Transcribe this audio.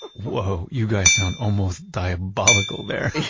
whoa. you guys sound almost diabolical there